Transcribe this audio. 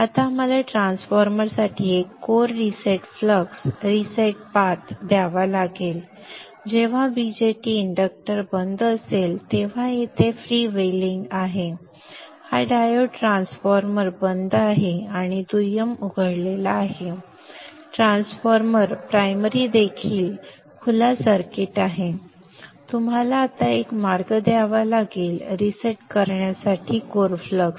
आता आम्हाला ट्रान्सफॉर्मरसाठी एक core reset flux reset path द्यावा लागेल जेव्हा BJT इंडक्टर बंद असेल तेव्हा येथे फ्रीव्हीलिंग आहे हा डायोड ट्रान्सफॉर्मर बंद आहे दुय्यम उघडलेला आहे ट्रान्सफॉर्मर प्राइमरी देखील खुला सर्किट आहे तुम्हाला आता एक मार्ग द्यावा लागेल रीसेट करण्यासाठी कोर फ्लक्स